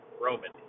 Roman